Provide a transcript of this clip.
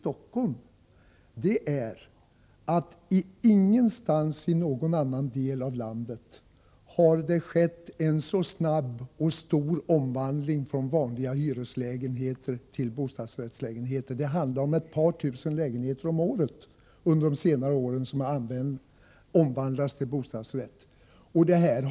Men i ingen annan del av landet har det skett en så snabb och stor omvandling från vanliga hyreslägenheter till bostadsrättslägenheter som just i Stockholm. Det handlar om ett par tusen lägenheter om året som under de senare åren har omvandlats till bostadsrättslägenheter.